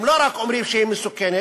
הם לא רק אומרים שהיא מסוכנת,